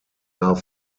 are